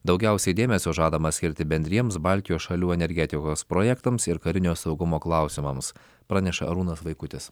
daugiausiai dėmesio žadama skirti bendriems baltijos šalių energetikos projektams ir karinio saugumo klausimams praneša arūnas vaikutis